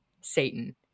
Satan